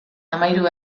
hamahiru